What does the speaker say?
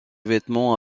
vêtements